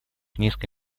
низко